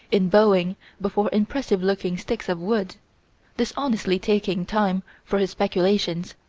in bowing before impressive-looking sticks of wood dishonestly taking time for his speculations,